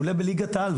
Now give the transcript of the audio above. הוא עולה בליגת העל,